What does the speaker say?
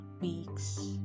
weeks